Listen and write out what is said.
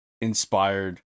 inspired